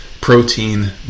protein